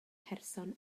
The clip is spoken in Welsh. person